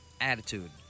attitude